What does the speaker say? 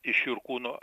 iš jurkūno